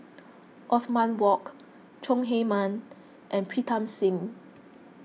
Othman Wok Chong Heman and Pritam Singh